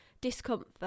discomfort